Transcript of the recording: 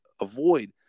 avoid